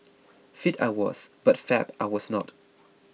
fit I was but fab I was not